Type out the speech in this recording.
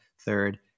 third